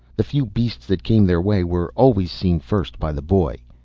the few beasts that came their way were always seen first by the boy.